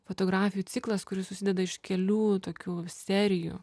fotografijų ciklas kuris susideda iš kelių tokių serijų